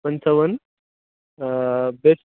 पंचावन्न बेस्ट